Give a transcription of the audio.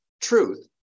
truth